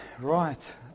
Right